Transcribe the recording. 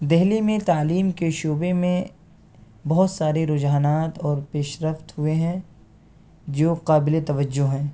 دلی میں تعلیم کے شعبہ میں بہت سارے رجحانات اور پیش رفت ہوئے ہیں جو قابل توجہ ہیں